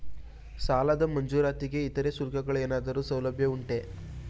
ಸಾಲದ ಮಂಜೂರಾತಿಗೆ ಇತರೆ ಶುಲ್ಕಗಳ ಏನಾದರೂ ಸೌಲಭ್ಯ ಉಂಟೆ?